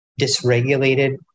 dysregulated